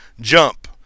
jump